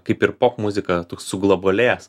kaip ir popmuzika toks suglobalėjęs